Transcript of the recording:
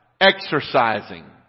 exercising